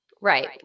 Right